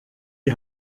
die